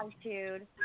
attitude